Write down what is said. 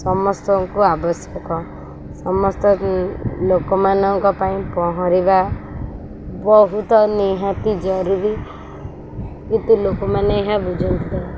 ସମସ୍ତଙ୍କୁ ଆବଶ୍ୟକ ସମସ୍ତ ଲୋକମାନଙ୍କ ପାଇଁ ପହଁରିବା ବହୁତ ନିହାତି ଜରୁରୀ କିନ୍ତୁ ଲୋକମାନେ ଏହା ବୁଝନ୍ତିନି